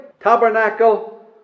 tabernacle